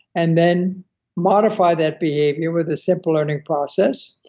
and then modify that behavior with a simple learning process,